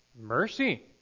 mercy